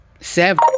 seven